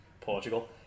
Portugal